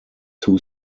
two